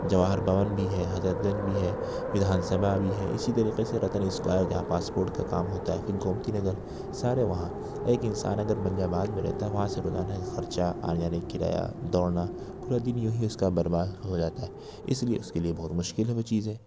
جواہر بھون بھی ہے حضرت گنج بھی ہے ودھان سبھا بھی ہے اسی طریقے سے رتن اسکوائر جہاں پاس پورٹ کا کام ہوتا ہے ایک گومتی نگر سارے وہاں ایک انسان اگر ملیح آباد میں رہتا ہے وہاں سے روزانہ کا خرچہ آنے جانے کی کرایہ دوڑنا پورا دن یونہی اس کا برباد ہو جاتا ہے اس لیے اس کے لیے بہت مشکل ہے وہ چیزیں